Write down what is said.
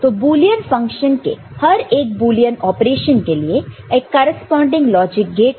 तो boolean function के हर एक बुलियन ऑपरेशन के लिए एक करेस्पॉनन्डिंग लॉजिक गेट है